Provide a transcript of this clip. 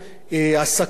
לפחות המיידית,